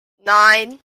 nine